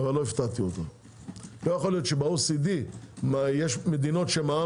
לא יכול להיות שב-OECD יש מדינות שמע"מ